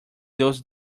those